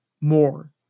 more